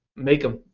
make them.